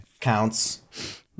counts